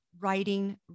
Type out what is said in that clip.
writing